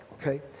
okay